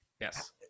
Yes